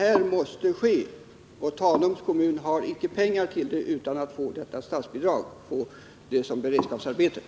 Därför måste det utföras såsom beredskapsarbete så att statsbidrag kan utgå.